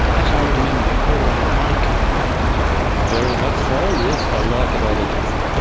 as i remember, you are a lichen man, is that right? very much so, yes, a lichenologist.